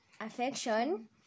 affection